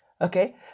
Okay